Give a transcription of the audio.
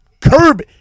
curb